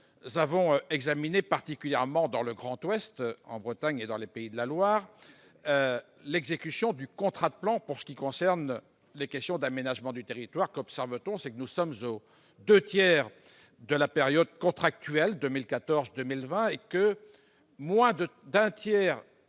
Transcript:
nous avons examiné dans le Grand Ouest, en Bretagne et dans les Pays de la Loire, l'exécution du contrat de plan pour ce qui concerne les questions d'aménagement du territoire. Qu'observe-t-on ? Nous sommes aux deux tiers de la période contractuelle 2014-2020. Pourtant, moins d'un tiers